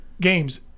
games